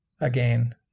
Again